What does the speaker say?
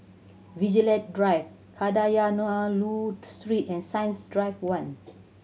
Vigilante Drive Kadayanallur Street and Science Drive One